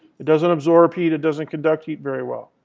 it doesn't absorb heat, it doesn't conduct heat very well.